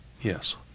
Yes